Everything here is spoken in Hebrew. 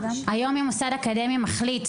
היום אם מוסד אקדמי מחליט,